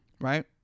right